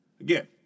Again